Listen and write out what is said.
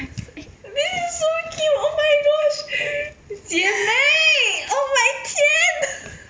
this is so cute oh my gosh 姐妹 oh my 天